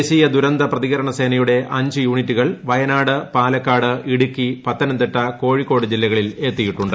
ദേശീയ ദുരന്തപ്രതികരണ സേനയുടെ അഞ്ച് യൂണിറ്റുകൾ വയനാട് പാലക്കാട് ഇടുക്കി പത്തനംതിട്ട കോഴിക്കോട് ജില്ലകളിൽ എത്തിയിട്ടുണ്ട്